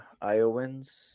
Iowans